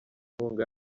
inkunga